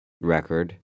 record